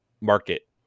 market